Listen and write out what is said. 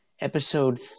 episode